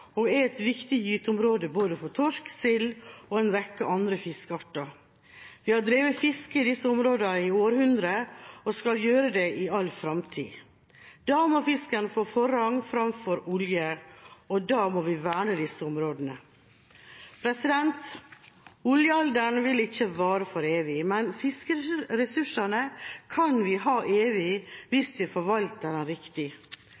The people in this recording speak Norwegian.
konsekvensene av et uhell vil bli ekstra store. Eksempelvis har Nordland VI en av de rikeste bestandene av torsk og er et viktig gyteområde for både torsk, sild og en rekke andre fiskearter. Vi har drevet fiske i disse områdene i århundrer og skal gjøre det i all framtid. Da må fisken få forrang framfor olje, og vi må verne disse områdene. Oljealderen vil ikke vare evig, men fiskeressursene kan vi ha